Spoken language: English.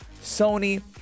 Sony